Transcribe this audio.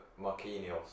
Marquinhos